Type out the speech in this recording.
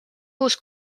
uus